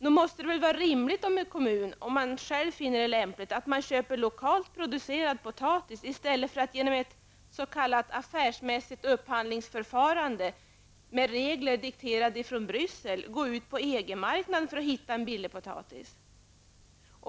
Det måste vara rimligt att en kommun, om den själv finner det lämpligt, köper lokalt producerade potatisar i stället för att genom ett s.k. affärsmässigt upphandlingsförfarande, med regler dikterade från Brüssel, går ut på EG-marknaden för att hitta billig potatis.